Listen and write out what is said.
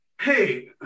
Hey